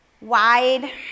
wide